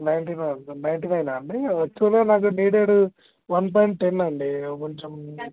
ninety nine ninety నైనా అండి ఆక్చువల్గా నాకు నీడెడు వన్ పాయింట్ టెన్ అండి కొంచెం